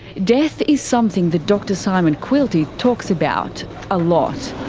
death is something that dr simon quilty talks about a lot.